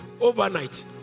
Overnight